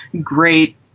great